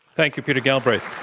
thank you, peter galbraith.